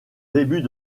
début